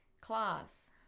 Class